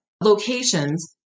locations